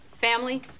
family